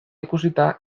ikusita